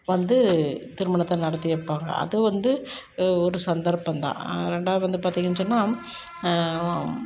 வந்து திருமணத்தை நடத்தி வப்பாங்க அது வந்து ஒரு சந்தர்ப்பம் தான் ரெண்டாவது வந்து பார்த்திங்கன்னு சொன்னா